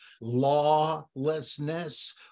lawlessness